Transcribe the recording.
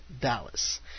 Dallas